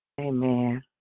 Amen